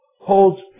holds